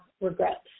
regrets